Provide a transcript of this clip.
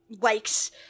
likes